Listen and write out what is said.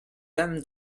them